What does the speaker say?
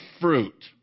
fruit